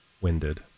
winded